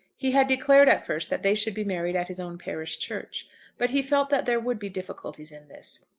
he had declared at first that they should be married at his own parish church but he felt that there would be difficulties in this.